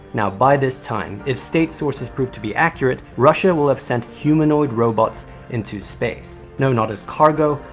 now, by this time, if state sources prove to be accurate, russia will have sent humanoid robots into space. not as cargo,